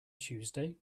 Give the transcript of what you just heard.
tuesday